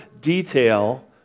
detail